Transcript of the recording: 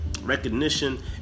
recognition